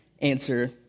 answer